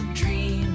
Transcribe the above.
dream